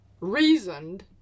reasoned